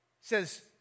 says